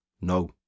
No